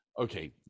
Okay